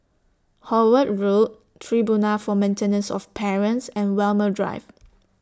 Howard Road Tribunal For Maintenance of Parents and Walmer Drive